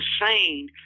insane